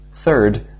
Third